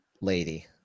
lady